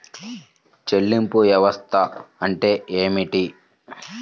చెల్లింపు వ్యవస్థ అంటే ఏమిటి?